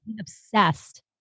obsessed